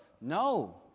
No